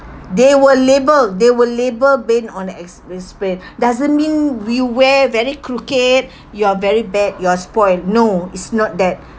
they were labelled they were labelled based on experience doesn't mean we wear very crooked you are very bad you're spoil no is not that